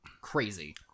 crazy